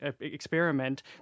experiment